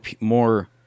more